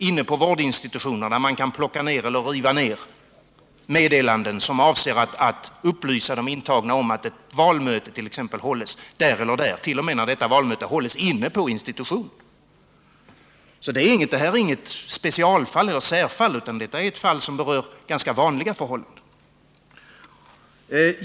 Inne på vårdinstitutioner kan man plocka eller riva ned meddelanden som avser att upplysa de intagna exempelvis om att ett valmöte hålls på en viss plats — t. 0. m. när detta valmöte hålls inne på institutionen. JO:s uttalanden berör således inte något speciellt fall, utan det berör ganska vanliga förhållanden.